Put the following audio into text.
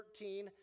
13